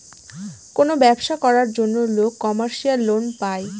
কোনো ব্যবসা করার জন্য লোক কমার্শিয়াল লোন পায়